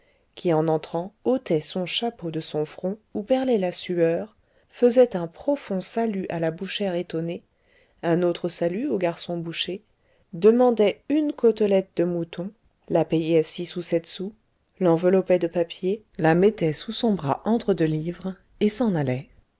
qui en entrant ôtait son chapeau de son front où perlait la sueur faisait un profond salut à la bouchère étonnée un autre salut au garçon boucher demandait une côtelette de mouton la payait six ou sept sous l'enveloppait de papier la mettait sous son bras entre deux livres et s'en allait